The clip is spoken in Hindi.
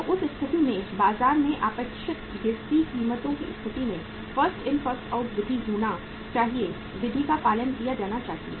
तो उस स्थिति में बाजार में अपेक्षित गिरती कीमतों की स्थिति में फर्स्ट इन फर्स्ट आउट विधि होना चाहिए विधि का पालन किया जाना चाहिए